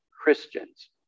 Christians